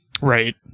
Right